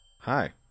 Hi